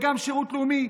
וגם השירות הלאומי,